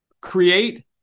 create